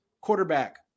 Quarterback